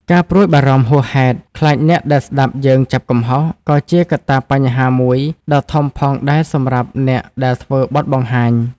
ការព្រួយបារម្ភហួសហេតុខ្លាចអ្នកដែលស្តាប់យើងចាប់កំហុស ក៏ជាកត្តាបញ្ហាមួយដ៏ធំផងដែរសម្រាប់អ្នកដែលធ្វើបទបង្ហាញ។